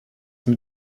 mit